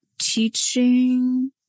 teaching